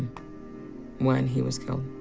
when he was killed.